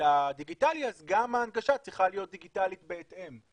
לדיגיטלי אז גם ההנגשה צריכה להיות דיגיטלית בהתאם.